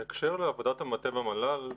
בהקשר לעבודת המטה במל"ל,